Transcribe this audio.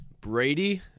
Brady